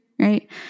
right